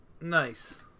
Nice